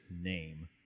name